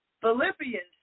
Philippians